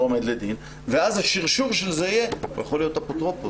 עומד לדין ואז השרשור של זה יהיה שהוא יכול להיות אפוטרופוס.